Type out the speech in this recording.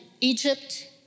Egypt